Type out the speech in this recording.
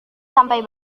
sampai